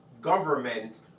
government